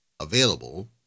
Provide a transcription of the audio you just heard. available